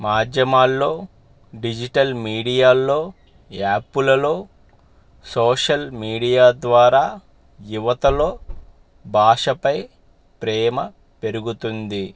మాధ్యమాల్లో డిజిటల్ మీడియాల్లో యాప్లలో సోషల్ మీడియా ద్వారా యువతలో భాషపై ప్రేమ పెరుగుతుంది